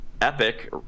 epic